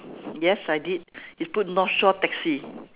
yes I did it's put north shore taxi